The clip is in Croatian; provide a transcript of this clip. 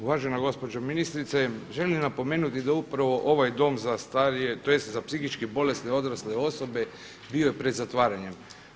Uvažena gospođo ministrice, želim napomenuti da upravo ovaj Dom za starije, tj. za psihički bolesne odrasle osobe bio je pred zatvaranjem.